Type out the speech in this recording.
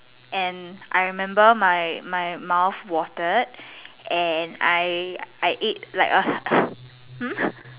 and I remember my my mouth watered and I I ate like a hmm